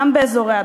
גם באזורי הביקוש.